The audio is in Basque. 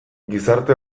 gizarte